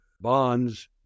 Bond's